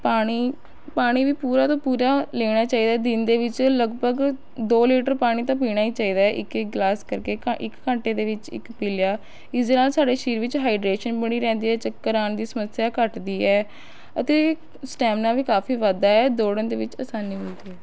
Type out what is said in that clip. ਪਾਣੀ ਪਾਣੀ ਵੀ ਪੂਰਾ ਦਾ ਪੂਰਾ ਲੈਣਾ ਚਾਹੀਦਾ ਹੈ ਦਿਨ ਦੇ ਵਿੱਚ ਲਗਭਗ ਦੋ ਲੀਟਰ ਪਾਣੀ ਤਾਂ ਪੀਣਾ ਹੀ ਚਾਹੀਦਾ ਹੈ ਇੱਕ ਇੱਕ ਗਲਾਸ ਕਰਕੇ ਘੰ ਇੱਕ ਘੰਟੇ ਦੇ ਵਿੱਚ ਇੱਕ ਪੀ ਲਿਆ ਇਸਦੇ ਨਾਲ ਸਾਡੇ ਸਰੀਰ ਵਿੱਚ ਹਾਈਡ੍ਰੇਸ਼ਨ ਬਣੀ ਰਹਿੰਦੀ ਹੈ ਚੱਕਰ ਆਉਣ ਦੀ ਸਮੱਸਿਆ ਘੱਟਦੀ ਹੈ ਅਤੇ ਸਟੈਮੀਨਾ ਵੀ ਕਾਫੀ ਵੱਧਦਾ ਹੈ ਦੋੜਣ ਦੇ ਵਿੱਚ ਆਸਾਨੀ ਹੁੰਦੀ ਹੈ